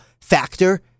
factor